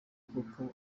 kuko